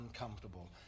uncomfortable